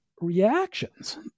reactions